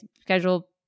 schedule